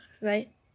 right